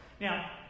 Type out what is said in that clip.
Now